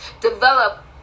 develop